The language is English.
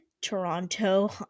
Toronto